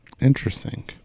Interesting